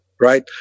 right